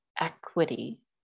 equity